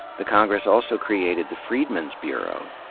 the congress also created the freedmen's bureau,